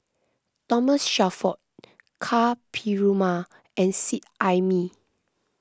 Thomas Shelford Ka Perumal and Seet Ai Mee